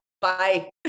Bye